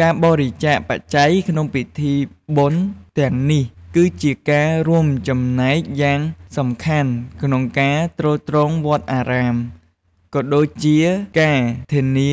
ការបរិច្ចាគបច្ច័យក្នុងពិធីបុណ្យទាំងនេះ គឺជាការរួមចំណែកយ៉ាងសំខាន់ក្នុងការទ្រទ្រង់វត្តអារាម ក៏ដូចជាការធានា